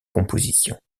composition